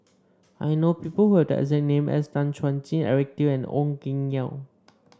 I know people who have the exact name as Tan Chuan Jin Eric Teo and Ong Keng Yong